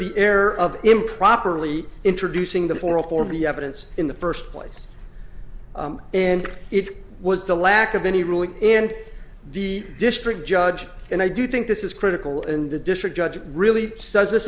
error of improperly introducing them for a form of evidence in the first place and it was the lack of any ruling in the district judge and i do think this is critical and the district judge really says this